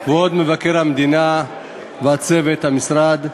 כבוד מבקר המדינה וצוות המשרד,